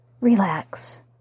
relax